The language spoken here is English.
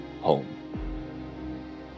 home